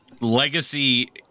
Legacy